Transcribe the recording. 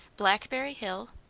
blackberry hill?